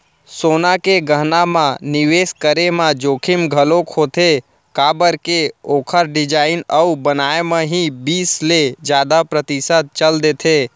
सोना के गहना म निवेस करे म जोखिम घलोक होथे काबर के ओखर डिजाइन अउ बनाए म ही बीस ले जादा परतिसत चल देथे